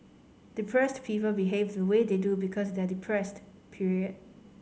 depressed people behave the way they do because they are depressed period